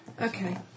Okay